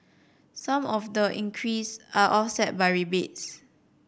some of the increase are offset by rebates